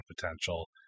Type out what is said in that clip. potential